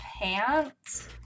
pants